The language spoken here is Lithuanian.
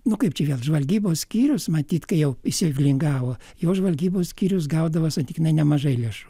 nu kaip čia vėl žvalgybos skyrius matyt kai jau įsilingavo jau žvalgybos skyrius gaudavo sakykime nemažai lėšų